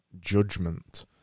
Judgment